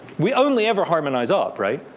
we only ever harmonize up, right.